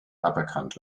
aberkannt